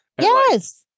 Yes